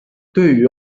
对于